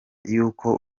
y’uko